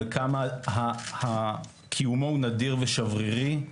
וכמה קיומו הוא נדיר ושברירי.